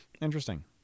interesting